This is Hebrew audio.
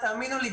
האמינו לי,